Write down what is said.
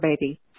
baby